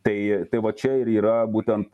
tai tai va čia ir yra būtent